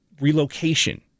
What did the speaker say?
relocation